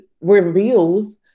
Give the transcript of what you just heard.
reveals